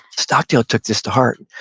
stockdale took this to heart.